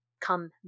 come